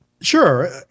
Sure